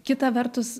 kita vertus